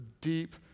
deep